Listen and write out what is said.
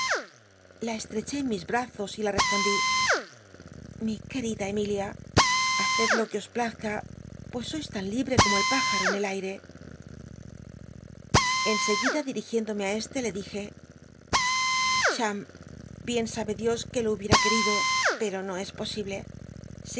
jja estreché en mis brazos y la respondí li querida emilia haced lo que os plazca pues sois tan libi'c como el pájam en el aire en seguida ditigiéndome á este le dije cham bien sabe dios que lo hubieta querido pero no es posible